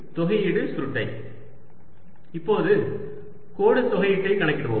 zdxdy 2π இப்போது கோடு தொகையீட்டை கணக்கிடுவோம்